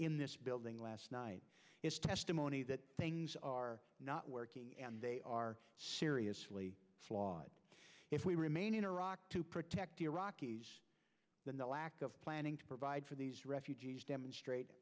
in this building last night is testimony that things are not working and they are seriously flawed if we remain in iraq to protect iraq than the lack of planning to provide for these refugees demonstrat